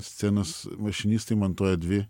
scenos mašinistai montuoja dvi